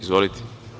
Izvolite.